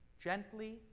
gently